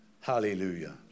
hallelujah